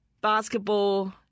Basketball